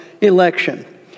election